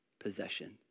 possession